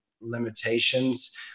limitations